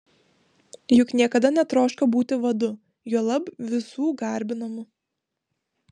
juk niekada netroško būti vadu juolab visų garbinamu